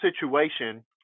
situation